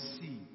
see